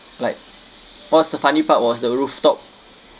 like one of the funny part was the rooftop